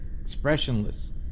expressionless